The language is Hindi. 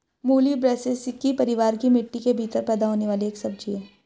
मूली ब्रैसिसेकी परिवार की मिट्टी के भीतर पैदा होने वाली एक सब्जी है